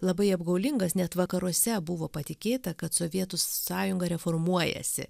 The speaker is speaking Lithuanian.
labai apgaulingas net vakaruose buvo patikėta kad sovietų sąjunga reformuojasi